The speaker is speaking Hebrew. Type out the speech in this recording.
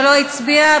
שלא הצביע,